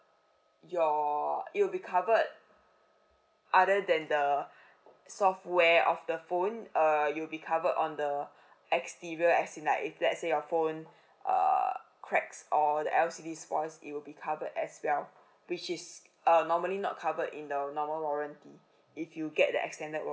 your you'll be covered other than the software of the phone uh you'll be cover on the exterior as in like if let's say your phone uh cracks or the L_C_D spoilt it will be covered as well which is err normally not covered in the the normal warrant~ mm if you get the extended